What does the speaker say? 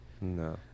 No